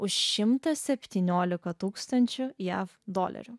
už šimtą septyniolika tūkstančių jav dolerių